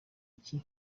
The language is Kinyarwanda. iki